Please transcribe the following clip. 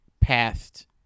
past